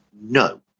No